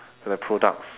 like product